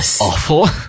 awful